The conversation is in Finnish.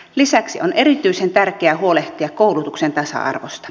lisäksi on erityisen tärkeää huolehtia koulutuksen tasa arvosta